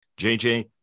JJ